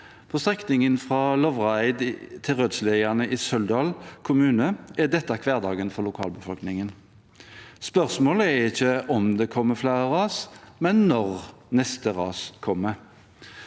På strekningen fra Lovraeidet til Rødsliane i Suldal kommune er dette hverdagen for lokalbefolkningen. Spørsmålet er ikke om det kommer flere ras, men når neste ras kommer.